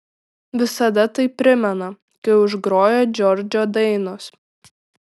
visada tai primena kai užgroja džordžo dainos